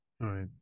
Right